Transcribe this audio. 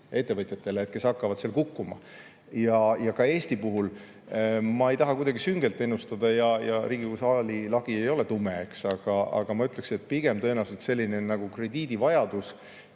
ettevõtjatele, kes hakkavad kukkuma. Eesti puhul ma ei taha midagi sünget ennustada ja Riigikogu saali lagi ei ole tume, aga ma ütleksin, et tõenäoliselt krediidivajadus